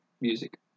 Music